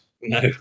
No